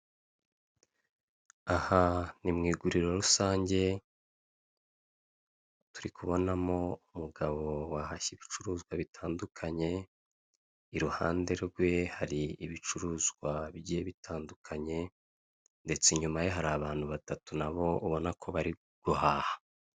Aha ni mu iguriro rusange turi kubonamo umugabo wahashye ibicuruzwa bitandukanye, iruhande rwe hari ibicuruzwa bye bitandukanye ndetse inyuma hari abantu batatu nabo ubona ko bari guhaha.